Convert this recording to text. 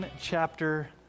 chapter